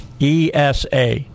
ESA